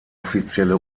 offizielle